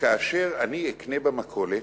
שכאשר אני אקנה במכולת,